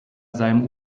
seinem